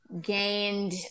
gained